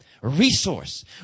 resource